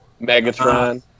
Megatron